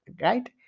right